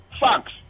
facts